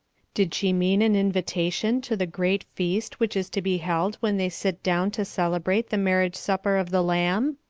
did she mean an invitation to the great feast which is to be held when they sit down to celebrate the marriage supper of the lamb,